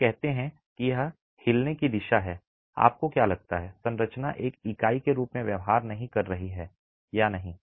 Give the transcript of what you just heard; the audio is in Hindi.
हम कहते हैं कि यह हिलने की दिशा है आपको क्या लगता है कि संरचना एक इकाई के रूप में व्यवहार नहीं कर रही है या नहीं